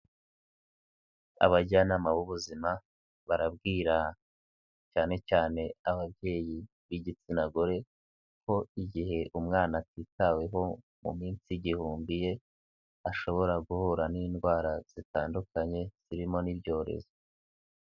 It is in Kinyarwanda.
Abajyanama b'ubuzima barabwira cyane cyane ababyeyi b'igitsina gore ko igihe umwana atitaweho mu minsi igihumbi ye, ashobora guhura n'indwara zitandukanye zirimo n'ibyorezo.